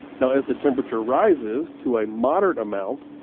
now as the temperature rises to a moderate amount,